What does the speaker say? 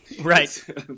Right